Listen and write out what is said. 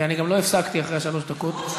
ואני גם לא הפסקתי אחרי שלוש הדקות.